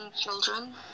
children